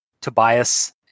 Tobias